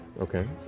Okay